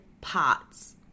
parts